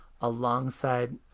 alongside